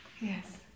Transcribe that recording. Yes